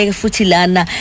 futilana